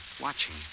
watching